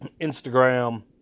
Instagram